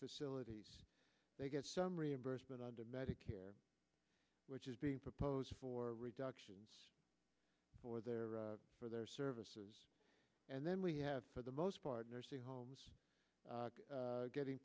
facilities they get some reimbursement under medicare which is being proposed for reductions for their for their services and then we have for the most part nursing homes getting